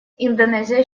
индонезия